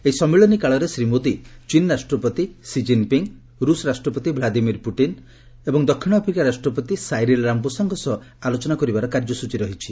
ଏହି ସମ୍ମିଳନୀ କାଳରେ ଶ୍ରୀ ମୋଦି ଚୀନ୍ ରାଷ୍ଟ୍ରପତି ଷି ଜିନ୍ପିଙ୍ଗ୍ ରୁଷ୍ ରାଷ୍ଟ୍ରପତି ଭ୍ଲାଦିମିର୍ ପୁତିନ୍ ଏବଂ ଦକ୍ଷିଣ ଆପ୍ରିକା ରାଷ୍ଟ୍ରପତି ସାଇରିଲ୍ ରାମପୋଷାଙ୍କ ସହ ଆଲୋଚନା କରିବାର କାର୍ଯ୍ୟସ୍ଟଚୀ ରହିଛି